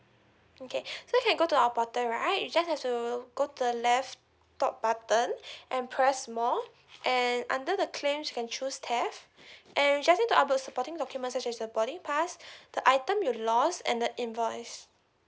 okay so you can go to our portal right you just have to go to the left top button and press more and under the claims you can choose theft and you just need to upload supporting document such as the boarding pass the item you lost and that invoice